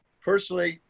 personally,